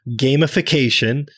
gamification